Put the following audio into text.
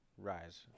Rise